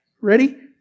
Ready